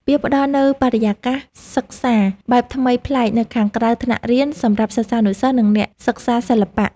វាផ្ដល់នូវបរិយាកាសសិក្សាបែបថ្មីប្លែកនៅខាងក្រៅថ្នាក់រៀន សម្រាប់សិស្សានុសិស្ស និងអ្នកសិក្សាសិល្បៈ។